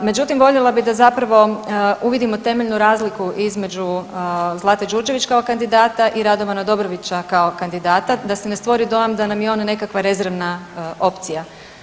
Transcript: Međutim, voljela bi da zapravo uvidimo temeljnu razliku između Zlate Đurđević kao kandidata i Radovana Dobronića kao kandidata, da se ne stvori dojam da nam je on nekakva rezervna opcija.